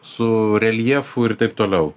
su reljefu ir taip toliau